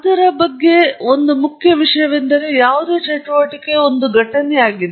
ಅದರ ಬಗ್ಗೆ ಮೊದಲ ಮತ್ತು ಮುಖ್ಯವಾದ ವಿಷಯವೆಂದರೆ ಇದು ಒಂದು ಘಟನೆಯಾಗಿದೆ